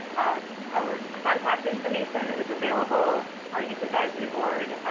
our contact information is available. our youth advisory board.